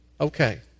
Okay